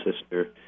sister